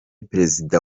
perezida